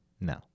No